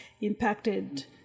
impacted